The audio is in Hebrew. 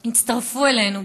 יצטרפו אלינו,